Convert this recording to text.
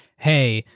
hey,